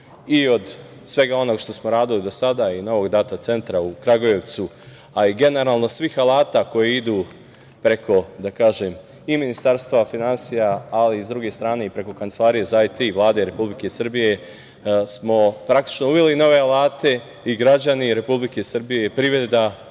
i od svega onog što smo radili do sada i novog Data centra u Kragujevcu, a i generalno svih alata koji idu preko, da kažem, i Ministarstva finansija, ali i sa druge strane i preko Kancelarije za IT Vlade Republike Srbije, smo praktično uveli nove alate i građani Republike Srbije i privreda,